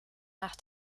nach